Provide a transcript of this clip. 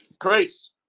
grace